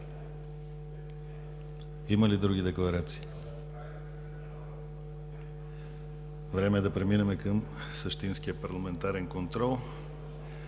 Има ли други декларации? Време е да преминем към същинския парламентарен контрол.